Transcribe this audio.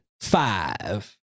five